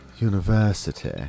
University